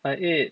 I ate